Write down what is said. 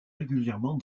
régulièrement